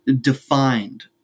defined